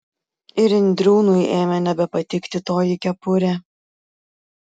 ir indriūnui ėmė nebepatikti toji kepurė